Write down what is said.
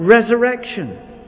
resurrection